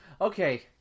okay